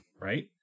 Right